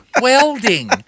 Welding